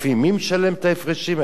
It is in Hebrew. מי משלם את ההפרשים האלה?